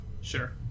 Sure